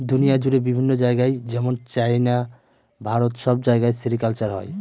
দুনিয়া জুড়ে বিভিন্ন জায়গায় যেমন চাইনা, ভারত সব জায়গায় সেরিকালচার হয়